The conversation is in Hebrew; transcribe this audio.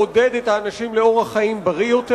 לעודד את האנשים לאורח חיים בריא יותר.